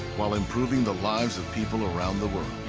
while improving the lives of people around the world.